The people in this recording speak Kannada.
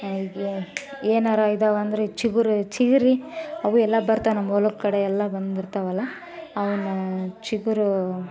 ಏ ಏ ಏನಾರ ಇದಾವೆಂದರೆ ಚಿಗುರು ಚಿಗರಿ ಅವು ಎಲ್ಲ ಬರ್ತಾವೆ ನಮ್ಮ ಹೊಲದ ಕಡೆ ಎಲ್ಲ ಬಂದಿರ್ತಾವಲ್ಲ ಅವನ್ನ ಚಿಗುರು